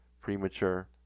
premature